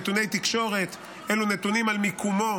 נתוני תקשורת אלו נתונים על מיקומו